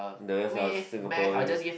the rest are Singaporean